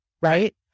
right